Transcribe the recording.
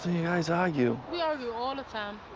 you guys argue? we argue all the time.